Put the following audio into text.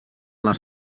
les